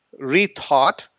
rethought